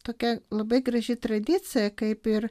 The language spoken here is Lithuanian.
tokia labai graži tradicija kaip ir